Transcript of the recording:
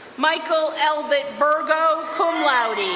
michael elbert burgo, cum laude,